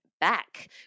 back